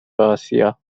آسیا